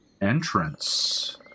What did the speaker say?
entrance